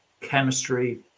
chemistry